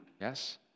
Yes